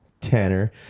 Tanner